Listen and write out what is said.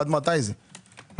עד מתי זה יקרה?